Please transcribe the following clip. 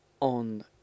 on